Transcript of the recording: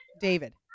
David